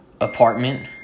apartment